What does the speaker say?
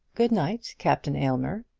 good-night, captain aylmer,